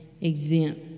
exempt